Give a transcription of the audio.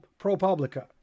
ProPublica